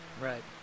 Right